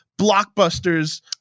blockbusters